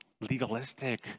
legalistic